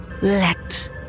Let